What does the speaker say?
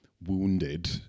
wounded